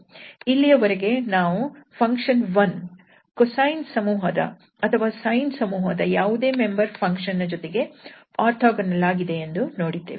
ಇಲ್ಲಿಯವರೆಗೆ ನಾವು function 1 cosine ಸಮೂಹದ ಅಥವಾ sine ಸಮೂಹದ ಯಾವುದೇ ಮೆಂಬರ್ ಫಂಕ್ಷನ್ ನ ಜೊತೆಗೆ ಓರ್ಥೋಗೊನಲ್ ಆಗಿದೆ ಎಂದು ನೋಡಿದ್ದೇವೆ